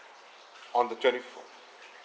on the twenty fourth